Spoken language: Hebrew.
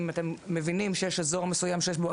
אם אתם מבינים שיש אזור מסוים שיש בו את